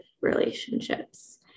relationships